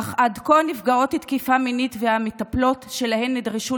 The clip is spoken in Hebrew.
אך עד כה נפגעות תקיפה מינית והמטפלות שלהן נדרשו